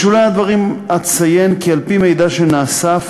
בשולי הדברים אציין כי על-פי מידע שנאסף,